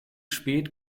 spät